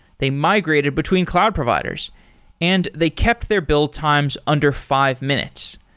they migrated between cloud providers and they kept their build times under five minutes.